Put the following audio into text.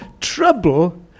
trouble